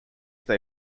they